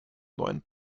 neun